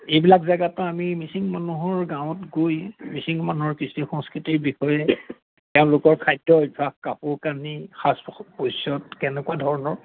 এইবিলাক জেগাটো আমি মিচিং মানুহৰ গাঁৱত গৈ মিচিং মানুহৰ কৃষ্টি সংস্কৃতিৰ বিষয়ে তেওঁলোকৰ খাদ্য অভ্যাস কাপোৰ কানি সাজ পৰিচ্ছদ কেনেকুৱা ধৰণৰ